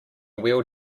wheel